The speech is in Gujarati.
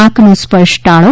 નાક નો સ્પર્શ ટાળો